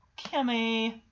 Kimmy